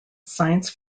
science